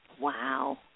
Wow